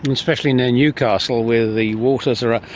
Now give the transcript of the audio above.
especially near newcastle where the waters are ah